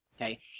Okay